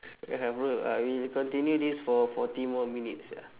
ya bro uh we'll continue this for forty more minutes sia